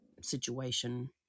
situation